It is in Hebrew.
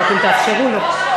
אם אתם תאפשרו לו.